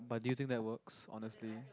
but do you think that works honestly